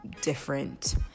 different